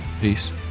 Peace